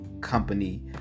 company